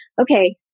okay